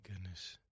goodness